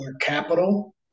Capital